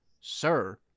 sir